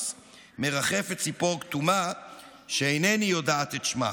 / מרחפת ציפור כתומה / שאינני יודעת את שמה".